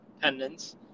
pendants